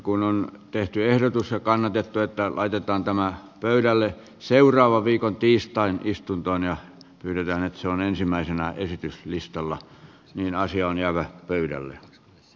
kun on tehty ehdotus ja kannatettu että laitetaan asia pöydälle ensi viikkoa seuraavan viikon tiistain istuntoon ja pyydetään että se on ensimmäisenä esityslistalla niin asia on jäävä pöydälle